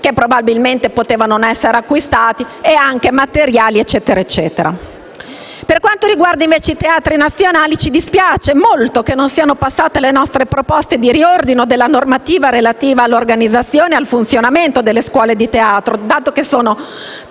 che probabilmente potevano non essere acquistati, nonché materiali e quant'altro. Per quanto riguarda i teatri nazionali, ci dispiace molto che non siano passate le nostre proposte di riordino della normativa relativa all'organizzazione e al funzionamento delle scuole di teatro, dato che sono